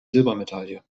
silbermedaille